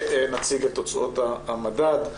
נציג את תוצאות המדד.